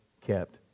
kept